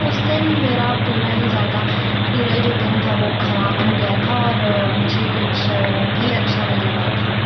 उस दिन मेरा पूरा ही ज़्यादा पूरा ही जो दिन था वह ख़राब हो गया था और मुझे कुछ भी अच्छा नहीं लगा था